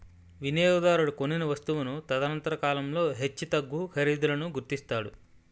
వినియోగదారుడు కొనిన వస్తువును తదనంతర కాలంలో హెచ్చుతగ్గు ఖరీదులను గుర్తిస్తాడు